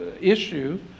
issue